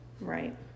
right